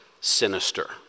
sinister